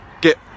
get